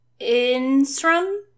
Instrum